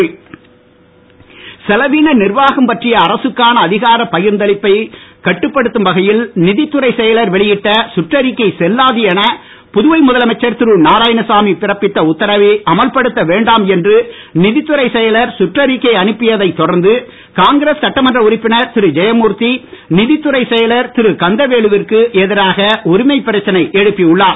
உரிமை பிரச்சனை செலவின நிர்வாகம் பற்றிய அரசுக்கான அதிகாரப் பகிர்ந்தளிப்பை கட்டுப்படுத்தும் வகையில் நிதித் துறை செயலர் வெளியிட்ட சுற்றறிக்கை செல்லாது என புதுவை முதலமைச்சர் திரு நாராயணசாமி பிறப்பித்த உத்தரவை அமல்படுத்த வேண்டாம் என்று நிதித்துறை செயலர் சுற்றறிக்கை அனுப்பியதைத் தொடர்ந்து காங்கிரஸ் சட்டமன்ற உறுப்பினர் திரு ஜெயமூர்த்தி நிதித்துறைச் செயலர் திரு கந்தவேலு விற்கு எதிராக உரிமை பிரச்சனை எழுப்பி உள்ளார்